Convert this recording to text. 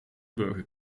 burger